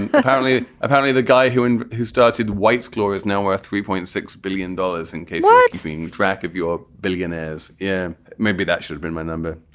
and apparently apparently, the guy who and who started white glau is now worth three point six billion dollars. and yeah it seems track of your billionaires. yeah, maybe that should be my number.